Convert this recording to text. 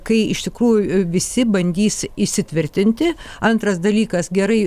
kai iš tikrųjų visi bandys įsitvirtinti antras dalykas gerai